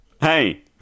hey